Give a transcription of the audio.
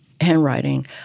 handwriting